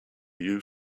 you